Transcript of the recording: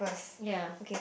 ya